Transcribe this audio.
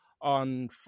on